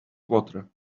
water